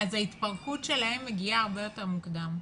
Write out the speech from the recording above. אז ההתפרקות שלהם מגיעה הרבה יותר מוקדם.